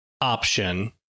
option